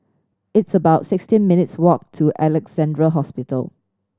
it's about sixteen minutes walk to Alexandra Hospital